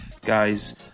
guys